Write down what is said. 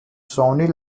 shawnee